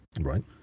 Right